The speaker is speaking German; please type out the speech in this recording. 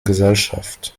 gesellschaft